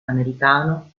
americano